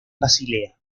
basilea